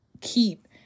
keep